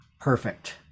perfect